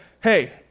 hey